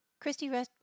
Christy